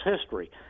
history